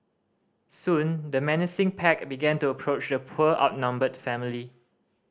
soon the menacing pack began to approach the poor outnumbered family